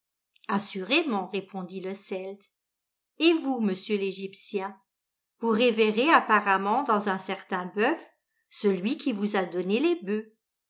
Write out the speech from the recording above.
assurément répondit le celte et vous monsieur l'egyptien vous révérez apparemment dans un certain boeuf celui qui vous a donné les boeufs